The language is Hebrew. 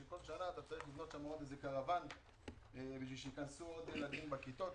שכל שנה צריך לבנות שם עוד איזה קרוואן כדי שייכנסו עוד ילדים בכיתות,